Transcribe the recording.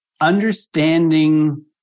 understanding